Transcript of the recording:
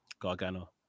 Gargano